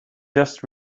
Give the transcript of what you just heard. just